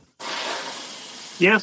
yes